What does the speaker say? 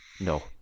no